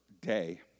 Day